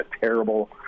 terrible